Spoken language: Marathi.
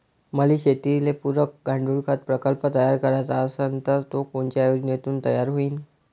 मले शेतीले पुरक गांडूळखत प्रकल्प तयार करायचा असन तर तो कोनच्या योजनेतून तयार होईन?